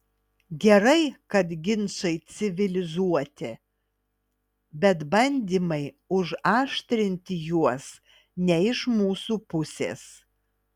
gerai kad ginčai civilizuoti bet bandymai užaštrinti juos ne iš mūsų pusės